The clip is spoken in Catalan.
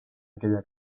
aquella